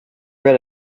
read